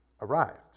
arrived